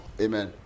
Amen